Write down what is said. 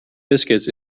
biscuits